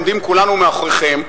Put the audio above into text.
עומדים כולנו מאחוריכם,